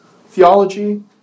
theology